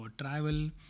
travel